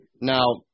Now